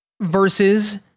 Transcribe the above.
versus